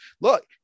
look